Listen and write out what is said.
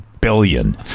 Billion